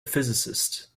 physicist